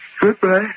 Goodbye